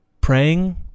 praying